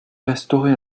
restaurer